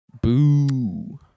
Boo